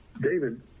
david